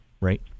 Right